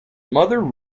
mother